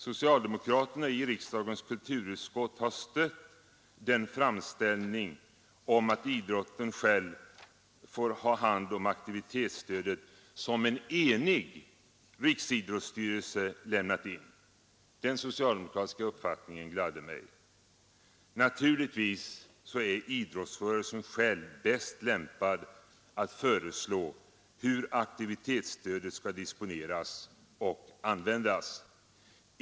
Socialdemokraterna i riksdagens kulturutskott har stött den framställning om att idrotten själv får ha hand om aktivitetsstödet som en enig riksidrottsstyrelse lämnat in. Den socialdemokratiska uppfattningen gladde mig. Naturligtvis är idrottsrörelsen själv bäst lämpad att föreslå hur aktivitetsstödet skall disponeras och användas.